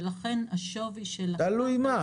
ולכן השווי של --- תלוי מה.